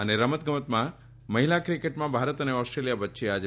અને રમતગમતમાં મહિલા ક્રિકેટમાં ભારત અને ઓસ્ટ્રેલિયા વચ્ચે આજે